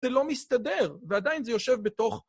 זה לא מסתדר, ועדיין זה יושב בתוך...